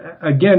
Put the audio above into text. again